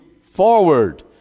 forward